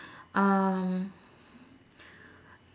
um